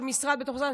של משרד בתוך משרד,